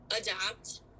adapt